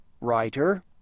writer